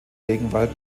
regenwald